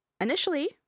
Initially